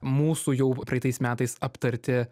mūsų jau praeitais metais aptarti